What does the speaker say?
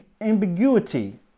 ambiguity